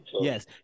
Yes